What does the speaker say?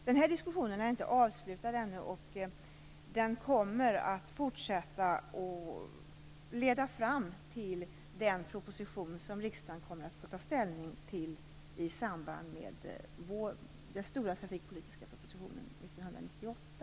Den här diskussionen är ännu inte avslutad, och den kommer att ligga till grund för den proposition som riksdagen kommer att få ta ställning till i samband med den stora trafikpolitiska propositionen 1998.